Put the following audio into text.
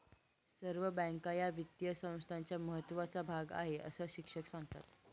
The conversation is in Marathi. सर्व बँका या वित्तीय संस्थांचा महत्त्वाचा भाग आहेत, अस शिक्षक सांगतात